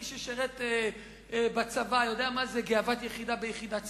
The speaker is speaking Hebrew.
מי ששירת בצבא יודע מה זה גאוות יחידה ביחידה צבאית,